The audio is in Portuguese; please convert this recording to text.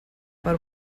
para